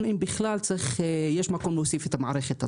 אם בכלל יש מקום להוסיף את המערכת הזאת.